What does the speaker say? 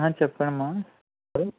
చెప్పండి madam hello